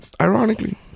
ironically